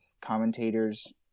commentators